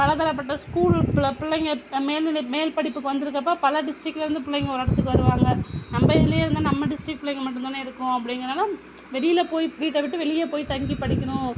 பலதரப்பட்ட ஸ்கூல் பிள்ள பிள்ளைங்கள் மேல்நிலை மேல் படிப்புக்கு வந்திருக்கறப்ப பல டிஸ்ட்ரிக்லருந்து பிள்ளைங்கள் ஒரு இடத்துக்கு வருவாங்க நம்ம இதுலேயே இருந்தால் நம்ம டிஸ்ட்ரிக் பிள்ளைங்கள் மட்டும்தான இருக்கும் அப்படிங்கிறனால வெளியில் போய் வீட்டை விட்டு வெளிலேயே போய் தங்கி படிக்கணும்